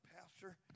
pastor